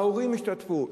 ההורים השתתפו,